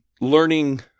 learning